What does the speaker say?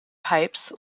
pipes